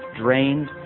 drained